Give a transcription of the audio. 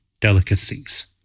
delicacies